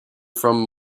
from